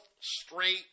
straight